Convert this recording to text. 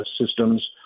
systems